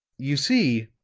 you see,